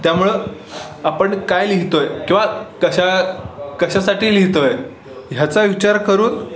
त्यामुळं आपण काय लिहितोय किंवा कशा कशासाठी लिहितोय ह्याचा विचार करून